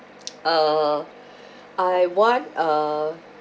uh I want uh